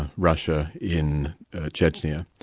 russia in chechnya.